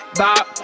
bop